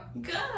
Good